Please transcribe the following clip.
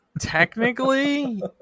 technically